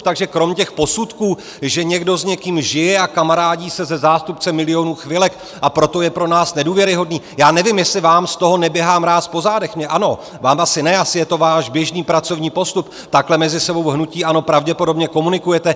Takže kromě těch posudků, že někdo s někým žije a kamarádí se se zástupcem Milionů chvilek, a proto je pro nás nedůvěryhodný já nevím, jestli vám z toho neběhá mráz po zádech, mně ano, vám asi ne, asi je to váš běžný pracovní postup, takhle mezi sebou v hnutí ANO pravděpodobně komunikujete.